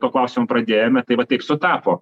tuo klausimu pradėjome tai va taip sutapo